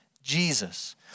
Jesus